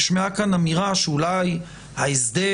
נשמעה כאן אמירה, שאולי ההסדר